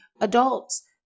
adults